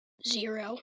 zero